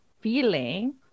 feeling